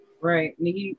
Right